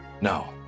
No